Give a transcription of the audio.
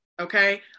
okay